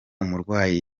umurwayi